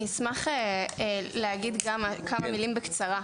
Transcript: אני אשמח להגיד כמה מילים בקצרה.